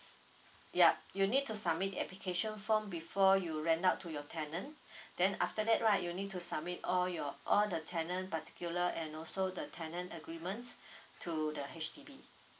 ya you need to submit application form before you rent out to your tenant then after that right you need to submit all your all the tenant particular and also the tenant agreements to the H_D_B